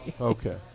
Okay